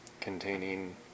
Containing